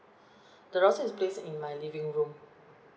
the router is placed in my living room